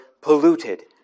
polluted